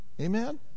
amen